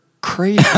crazy